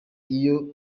iyo